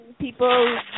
people